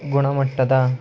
ಗುಣಮಟ್ಟದ